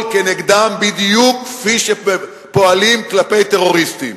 כנגדו בדיוק כפי שפועלים כלפי טרוריסטים.